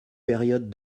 périodes